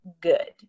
good